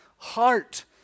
heart